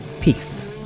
Peace